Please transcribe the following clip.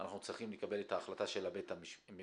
אנחנו צריכים לקבל את ההחלטה של בית המשפט.